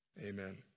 Amen